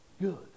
good